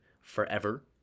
forever